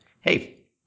Hey